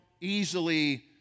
easily